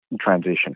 transition